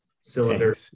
cylinder